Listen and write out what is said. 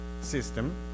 system